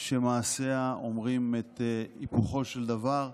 שמעשיה אומרים את היפוכו של דבר,